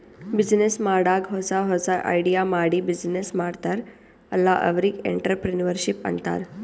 business ಮಾಡಾಗ್ ಹೊಸಾ ಹೊಸಾ ಐಡಿಯಾ ಮಾಡಿ ಬಿಸಿನ್ನೆಸ್ ಮಾಡ್ತಾರ್ ಅಲ್ಲಾ ಅವ್ರಿಗ್ ಎಂಟ್ರರ್ಪ್ರಿನರ್ಶಿಪ್ ಅಂತಾರ್